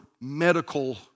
medical